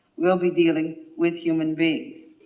we'll be dealing with human beings.